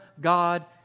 God